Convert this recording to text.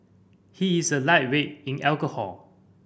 he is a lightweight in alcohol